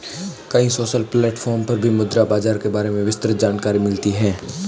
कई social platform पर भी मुद्रा बाजार के बारे में विस्तृत जानकरी मिलती है